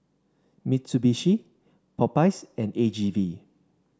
Mitsubishi Popeyes and A G V